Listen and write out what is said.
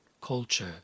culture